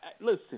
Listen